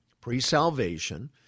pre-salvation